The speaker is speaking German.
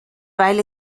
weil